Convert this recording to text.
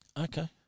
Okay